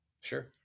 sure